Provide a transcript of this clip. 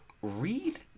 Read